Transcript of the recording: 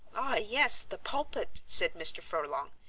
ah yes, the pulpit, said mr. furlong,